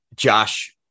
Josh